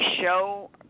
show